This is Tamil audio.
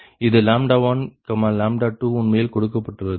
18 Pg141 இது 1 2 உண்மையில் கொடுக்கப்பட்டுள்ளது